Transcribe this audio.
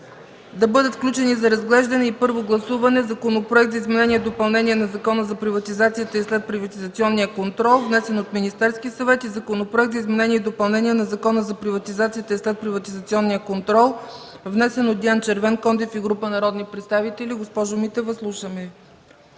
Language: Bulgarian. да бъдат включени за разглеждане и първо гласуване Законопроект за изменение и допълнение на Закона за приватизацията и следприватизационния контрол, внесен от Министерския съвет, и Законопроект за изменение и допълнение на Закона за приватизацията и следприватизационния контрол, внесен от Диан Червенкондев и група народни представители. Госпожо Митева, слушаме